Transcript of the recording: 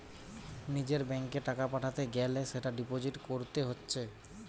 নিজের ব্যাংকে টাকা পাঠাতে গ্যালে সেটা ডিপোজিট কোরতে হচ্ছে